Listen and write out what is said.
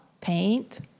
paint